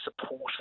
support